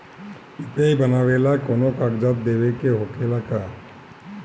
UPI बनावेला कौनो कागजात देवे के होखेला का?